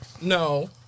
No